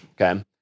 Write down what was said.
okay